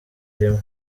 rimwe